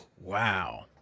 Wow